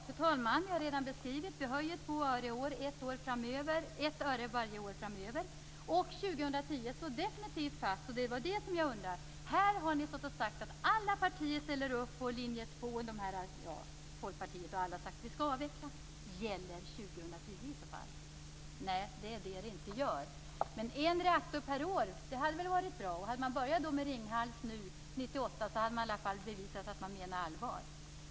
Fru talman! Jag har redan beskrivit det. Vi höjer 2 öre i år och 1 öre varje år framöver. År 2010 står definitivt fast. Det är det jag undrar. Här har ni stått och sagt att alla partier ställer upp på linje 2. Folkpartiet och alla andra har sagt: Vi skall avveckla. Gäller år 2010 i sådana fall? Nej, det gör det inte! Men en reaktor per år hade väl varit bra. Om man hade börjat med Ringhals nu 1998 hade man i alla fall bevisat att man menar allvar.